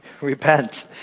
Repent